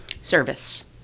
Service